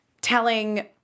telling